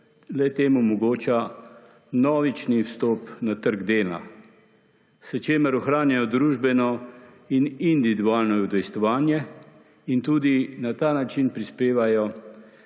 le-tem omogoča vnovični vstop na trg dela, s čimer ohranjajo družbeno in individualno udejstvovanje in tudi na ta način prispevajo